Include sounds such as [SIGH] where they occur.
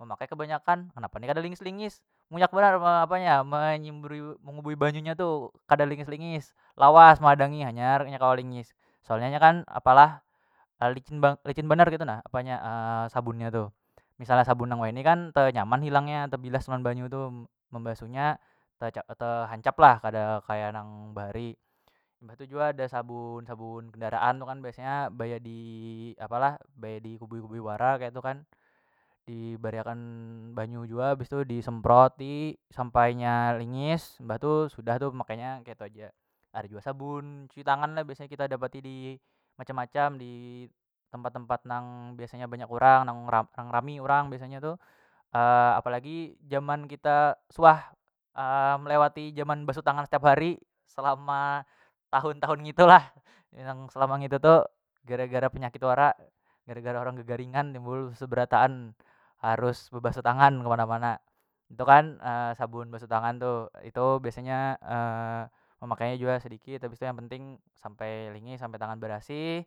memakai kebanyakan kenapa ni kada lingis- lingis munyak banar me apanya [UNINTELLIGIBLE] mengubui banyu nya tu kada lingis- lingis lawas mehadangi hanyar nya kawa lingis soalnya kan apa lah [HESITATION] licin bang licin banar ketu nah apanya [HESITATION] sabunnya tu misalnya sabun nang wahini kan tenyaman hilangnya tebilas lawan banyu tu membasuhnya te- tehancap lah kada kaya nang bahari imbah tu jua ada sabun- sabun kendaraan tu kan baya di apalah baya di kubui- kubui wara ketu kan di bari akan banyu jua bistu di semproti sampai nya lingis mbah tu sudah tu makanya ketu aja. Ada jua sabun cuci tangan lah biasanya kita dapati di macam- macam di tempat- tempat nang biasanya banyak urang nang [UNINTELLIGIBLE] nang rami orang biasanya tu [HESITATION] apalagi jaman kita suah [HESITATION] melewati jaman basuh tangan setiap hari selama tahun- tahun ngitu lah nang selama ngitu tu gara- gara penyakit wara gara- gara orang kegaringan timbul seberataan harus bebasuh tangan kemana- mana tu kan sabun basuh tangan tu itu biasanya [HESITATION] memakai nya jua sedikit habis tu yang penting sampai lingis sampai tangan barasih.